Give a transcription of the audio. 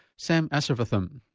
sam asirvatham.